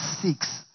Six